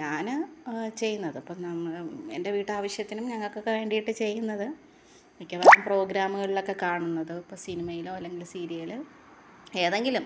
ഞാൻ ചെയ്യുന്നത് എന്റെ വീട്ടാവിശ്യത്തിനും ഞങ്ങൾക്കൊക്കെ വേണ്ടിയിട്ട് ചെയ്യുന്നത് മിക്കവാറും പ്രോഗ്രാമുകളിലൊക്കെ കാണുന്നത് ഇപ്പോൾ സിനിമയിലോ അല്ലെങ്കിൽ സീരിയൽ ഏതെങ്കിലും